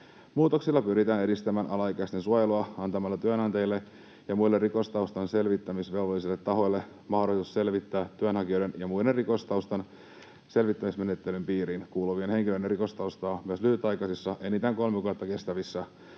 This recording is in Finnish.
Muutoksilla pyritään edistämään alaikäisten suojelua antamalla työnantajille ja muille rikostaustan selvittämisvelvollisille tahoille mahdollisuus selvittää työnhakijoiden ja muiden rikostaustan selvittämismenettelyn piiriin kuuluvien henkilöiden rikostaustaa myös lyhytaikaisissa, enintään kolme kuukautta kestävissä